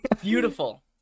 Beautiful